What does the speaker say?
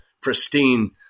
pristine